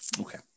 Okay